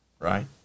Right